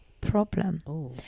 problem